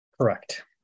Correct